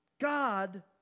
God